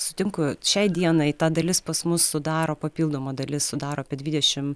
sutinku šiai dienai ta dalis pas mus sudaro papildoma dalis sudaro apie dvidešim